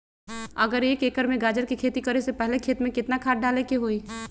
अगर एक एकर में गाजर के खेती करे से पहले खेत में केतना खाद्य डाले के होई?